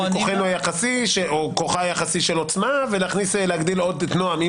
הוא עולה על סיעות קטנות מאוד.